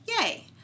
Yay